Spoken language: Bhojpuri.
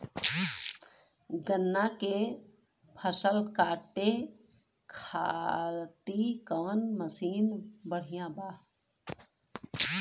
गन्ना के फसल कांटे खाती कवन मसीन बढ़ियां बा?